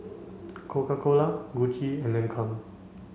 Coca Cola Gucci and Lancome